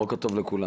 בוקר טוב לכולם,